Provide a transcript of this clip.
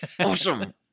awesome